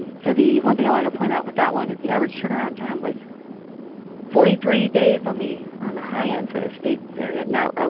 so the one thing i wanted to point out with that one is the average turnaround time was forty three days on the on the high end for the state's area now. ah